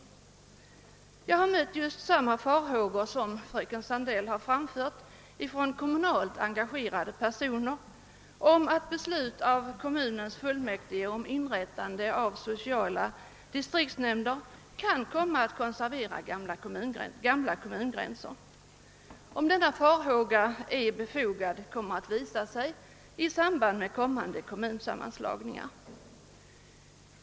Från kommunalt engagerade personer har jag mött samma farhågor som fröken Sandell här gav uttryck för, att beslut av kommunens fullmäktige om inrättande av sociala distriktsnämnder kan komma att konservera gamla kommungränser. Huruvida dessa farhågor är befogade får väl visa sig i samband med kommande kommunsammanslagningar.